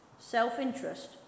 self-interest